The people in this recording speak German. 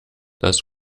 das